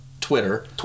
Twitter